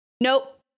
nope